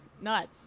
nuts